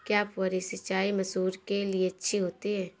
क्या फुहारी सिंचाई मसूर के लिए अच्छी होती है?